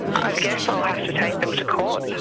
i guess i'll have to take them to court.